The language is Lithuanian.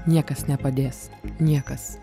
niekas nepadės niekas